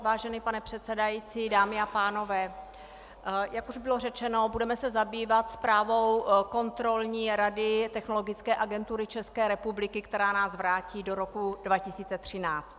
Vážený pane předsedající, dámy a pánové, jak už bylo řečeno, budeme se zabývat zprávou Kontrolní rady Technologické agentury České republiky, která nás vrátí do roku 2013.